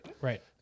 Right